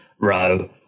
row